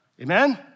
amen